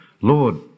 Lord